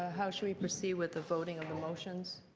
ah how should we proceed with the voting on the motions?